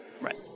Right